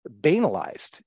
banalized